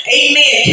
amen